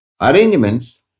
Arrangements